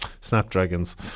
Snapdragons